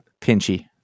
pinchy